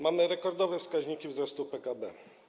Mamy rekordowe wskaźniki wzrostu PKB.